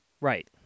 Right